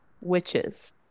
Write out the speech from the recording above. Witches